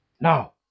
Now